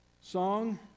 song